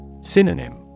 Synonym